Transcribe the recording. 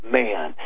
man